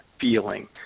feeling